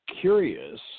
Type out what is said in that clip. curious